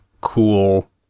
Cool